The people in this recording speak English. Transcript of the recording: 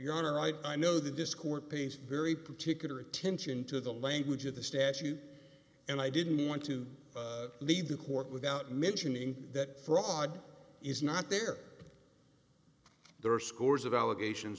you're right i know the disk or pays very particular attention to the language of the statute and i didn't want to leave the court without mentioning that fraud is not there there are scores of allegations